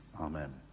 Amen